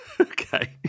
Okay